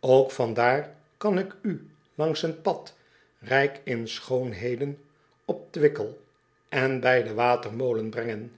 ok van daar kan ik u langs een pad rijk in schoonheden op wickel en bij den watermolen brengen